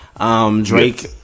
Drake